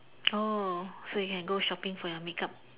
oh so you can go shopping for your makeup